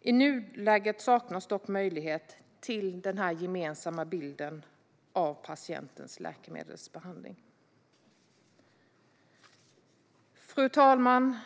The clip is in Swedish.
I nuläget saknas möjlighet att få en gemensam bild av patientens läkemedelsbehandling. Fru talman!